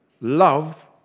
love